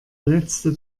letzte